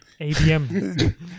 ABM